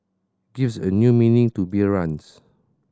gives a new meaning to beer runs